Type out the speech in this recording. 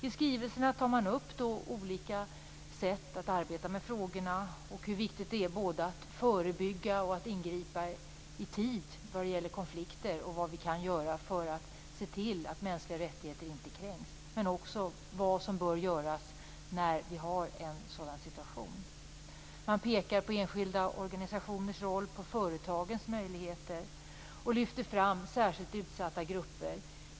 I skrivelserna tar man upp olika sätt att arbeta med frågorna - hur viktigt det är både att förebygga och att ingripa i tid vad gäller konflikter och vad vi kan göra för att se till att mänskliga rättigheter inte kränks. Det gäller också vad som bör göras när en sådan situation har uppstått. Man pekar på enskilda organisationers roll och på företagens möjligheter och lyfter fram särskilt utsatta grupper.